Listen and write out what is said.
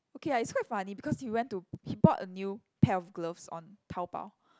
okay lah it's quite funny because he went to he bought a new pair of gloves on Taobao